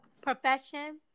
profession